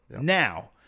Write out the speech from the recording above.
Now